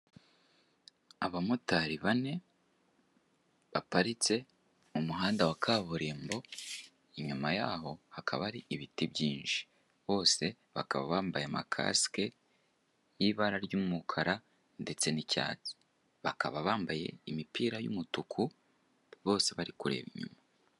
Aba motari bane, baparitse mu muhanda wa kaburimbo, inyuma yaho hakaba hari ibiti byinshi, bose bakaba bambaye amakasike, y'ibara ry'umukara ndetse n'icyatsi, bakaba bambaye imipira y'umutuku bose bari kureba inyuma.